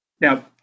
Now